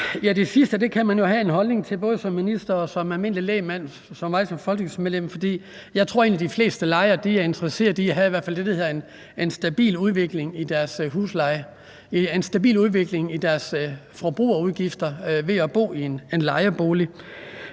Det sidste kan man jo have en holdning til, både som minister og som almindelig lægmand som mig som folketingsmedlem. For jeg tror egentlig, at de fleste lejere er interesserede i at have i det, der hedder en stabil udvikling i deres husleje og en stabil udvikling i deres forbrugsudgifter ved at bo i en lejebolig.